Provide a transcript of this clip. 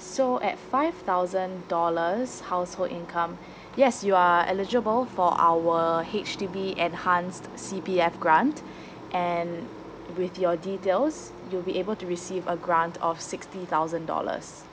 so at five thousand dollars household income yes you are eligible for our H_D_B enhanced C_P_F grant and with your details you'll be able to receive a grant of sixty thousand dollars